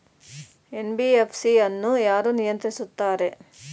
NBFC ಅನ್ನು ಯಾರು ನಿಯಂತ್ರಿಸುತ್ತಾರೆ?